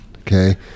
Okay